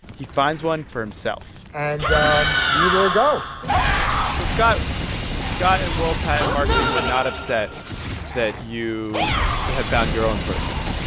he finds one for himself and we were a go so scott scott and world patent marketing were not upset that you had found your own person